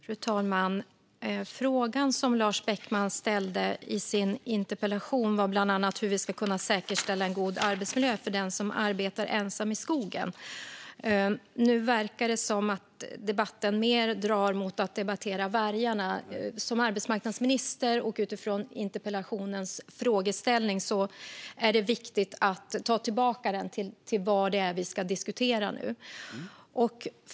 Fru talman! Den fråga Lars Beckman ställde i sin interpellation var bland annat hur vi ska kunna säkerställa en god arbetsmiljö för den som arbetar ensam i skogen. Nu verkar det dra mer åt att vi debatterar vargarna. Som arbetsmarknadsminister anser jag att det är viktigt, även utifrån interpellationens frågeställning, att ta tillbaka debatten till vad det är vi ska diskutera.